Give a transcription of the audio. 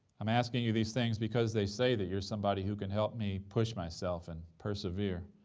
i'm asking you these things because they say that you're somebody who can help me push myself and persevere.